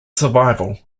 survival